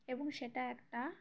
এবং সেটা একটা